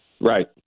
Right